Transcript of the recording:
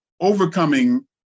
overcoming